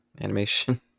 animation